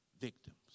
victims